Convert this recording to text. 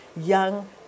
young